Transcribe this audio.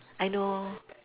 I know